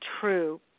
true